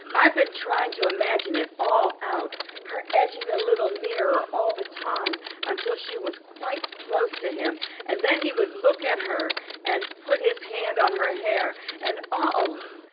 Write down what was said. i've been trying to imagine it all out her edging a little nearer all the time until she was quite close to him and then he would look at her and put his hand on her hair and oh,